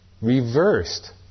reversed